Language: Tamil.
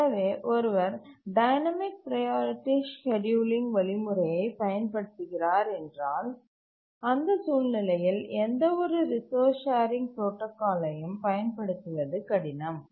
எனவே ஒருவர் டைனமிக் ப்ரையாரிட்டி ஸ்கேட்யூலிங் வழிமுறையைப் பயன்படுத்துகிறார் என்றால் அந்த சூழ்நிலையில் எந்தவொரு ரிசோர்ஸ் ஷேரிங் புரோடாகாலையும் பயன்படுத்துவது கடினம்